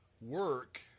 work